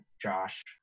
Josh